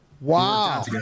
wow